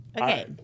Okay